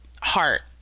heart